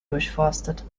durchforstet